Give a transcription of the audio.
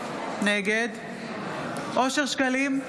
נגד אושר שקלים,